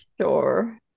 Sure